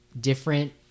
different